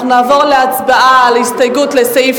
אנחנו נעבור להצבעה על הסתייגות לסעיף